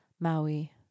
Maui